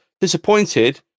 disappointed